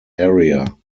area